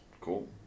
Cool